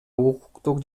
укуктук